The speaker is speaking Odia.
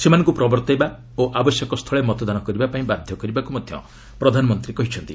ସେମାନଙ୍କୁ ପ୍ରବର୍ତ୍ତାଇବା ଓ ଆବଶ୍ୟକସ୍ଥଳେ ମତଦାନ କରିବାପାଇଁ ବାଧ୍ୟ କରିବାକୁ ମଧ୍ୟ ପ୍ରଧାନମନ୍ତ୍ରୀ କହିଛନ୍ତି